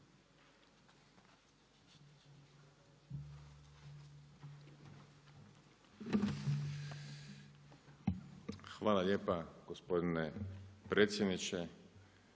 Hvala gospodine predsjedniče.